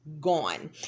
gone